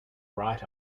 right